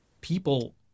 people